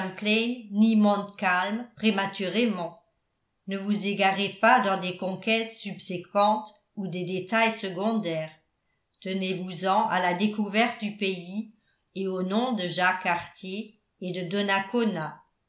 ni montcalm prématurément ne vous égarez pas dans des conquêtes subséquentes ou des détails secondaires tenez vous en à la découverte du pays et aux noms de jacques cartier et de donacona